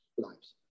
lives